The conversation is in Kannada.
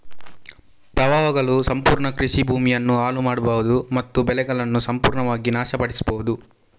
ಪ್ರವಾಹಗಳು ಸಂಪೂರ್ಣ ಕೃಷಿ ಭೂಮಿಯನ್ನ ಹಾಳು ಮಾಡ್ಬಹುದು ಮತ್ತು ಬೆಳೆಗಳನ್ನ ಸಂಪೂರ್ಣವಾಗಿ ನಾಶ ಪಡಿಸ್ಬಹುದು